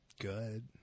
good